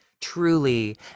truly